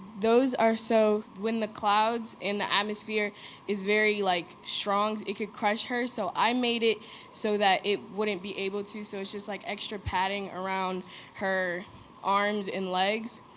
those are so when the clouds in the atmosphere is very, like, strong, it could crush her, so, i made it so that it wouldn't be able to. so, it's just like extra padding around her arms and legs.